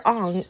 on